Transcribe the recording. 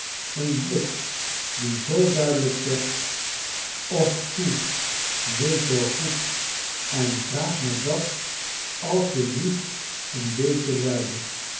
een blik die zooduidelijk zegt och toe wees zoo goed en vraag me dat asjeblieft n beetje luider